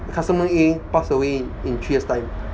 customer uh pass away in three years' time